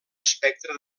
espectre